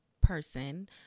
person